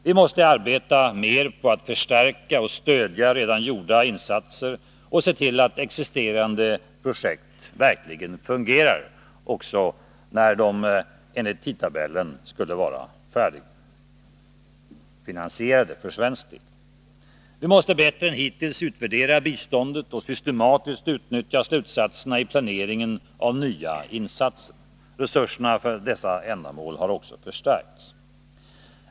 Vi måste arbeta mer på att förstärka och stödja redan gjorda insatser och se till att existerande projekt verkligen fungerar, också när de enligt tidtabellen skulle vara färdigfinansierade för svensk del. Vi måste bättre än hittills utvärdera biståndet och systematiskt utnyttja slutsatserna i planeringen av nya insatser. Resurserna för dessa ändamål har därför förstärkts.